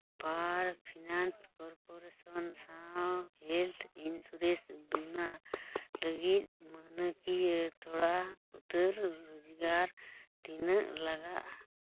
power finance corporation ᱥᱟᱶ health insurance ᱵᱤᱢᱟ ᱞᱟᱹᱜᱤᱫ ᱢᱟᱹᱦᱱᱟᱹᱠᱤᱭᱟᱹ ᱛᱷᱚᱲᱟ ᱩᱛᱟᱹᱨ ᱨᱳᱡᱽᱜᱟᱨ ᱛᱤᱱᱟᱹᱜ ᱞᱟᱜᱟᱜᱼᱟ